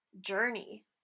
journey